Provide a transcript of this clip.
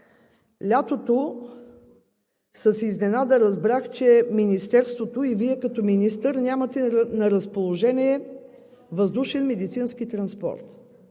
Лятото с изненада разбрах, че Министерството и Вие като министър нямате на разположение въздушен медицински транспорт.